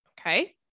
Okay